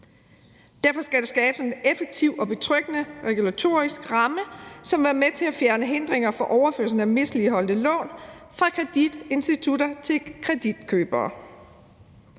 Derfor skal der skabes en effektiv og betryggende regulatorisk ramme, som er med til at fjerne hindringer for overførsel af misligholdte lån fra kreditinstitutter til kreditkøbere.